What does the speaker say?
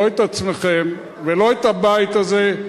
לא את עצמכם ולא את הבית הזה.